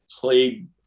played